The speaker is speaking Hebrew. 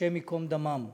השם ייקום דמם,